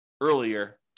earlier